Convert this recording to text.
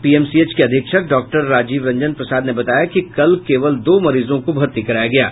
PMCH के अधीक्षक doctor Rajiv Ranjan Prasad ने बताया कि कल केवल दो मरीजों को भर्ती कराया गया है